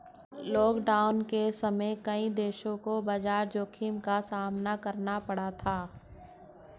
lockdown के समय कई देशों को बाजार जोखिम का सामना करना पड़ा था